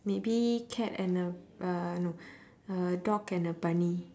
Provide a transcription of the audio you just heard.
maybe cat and a uh no a dog and a bunny